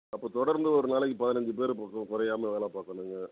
அப்போ தொடர்ந்து ஒரு நாளைக்கு பதினஞ்சு பேரை போட்டிருவோம் குறையாம வேலை பார்க்கணுங்க